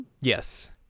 yes